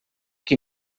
qui